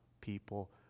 people